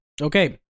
Okay